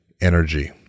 energy